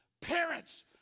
parents